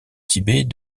tibet